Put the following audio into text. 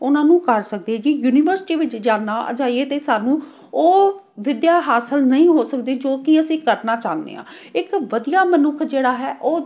ਉਹਨਾਂ ਨੂੰ ਕਰ ਸਕਦੇ ਜੀ ਯੂਨੀਵਰਸਿਟੀ ਵਿੱਚ ਜਾਣਾ ਜਾਈਏ ਤਾਂ ਸਾਨੂੰ ਉਹ ਵਿੱਦਿਆ ਹਾਸਲ ਨਹੀਂ ਹੋ ਸਕਦੀ ਜੋ ਕਿ ਅਸੀਂ ਕਰਨਾ ਚਾਹੁੰਦੇ ਹਾਂ ਇੱਕ ਵਧੀਆ ਮਨੁੱਖ ਜਿਹੜਾ ਹੈ ਉਹ